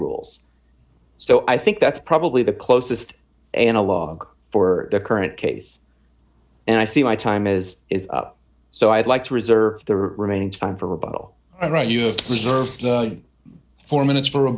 rules so i think that's probably the closest analogue for the current case and i see my time is is up so i'd like to reserve the remaining time for rebuttal all right you have reserve four minutes for a